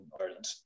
Ireland